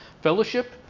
Fellowship